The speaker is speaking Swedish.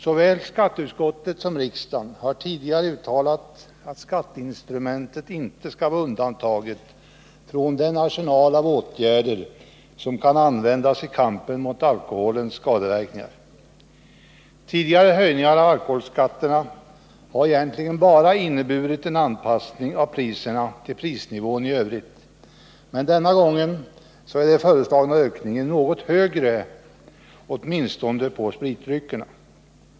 Såväl skatteutskottet som riksdagen har tidigare uttalat att skatteinstrumentet inte skall vara undantaget från den arsenal av åtgärder som kan användas i kampen mot alkoholens skadeverkningar. Tidigare höjningar av alkoholskatterna har egentligen bara inneburit en anpassning av priserna till prisnivån i övrigt, men denna gång är den föreslagna ökningen något högre, åtminstone när det gäller spritdryckerna.